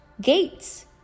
gates